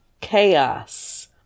Chaos